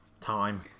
time